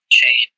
chain